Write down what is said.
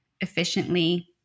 efficiently